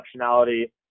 functionality